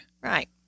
Right